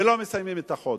ולא מסיימים את החודש.